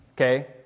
okay